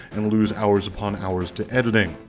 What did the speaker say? and lose hours upon hours to editing.